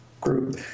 group